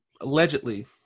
allegedly